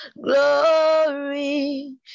glory